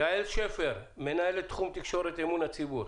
יעל שפר, מנהלת תחום תקשורת, אמון הציבור.